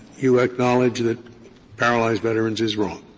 you acknowledge that paralyzed veterans is wrong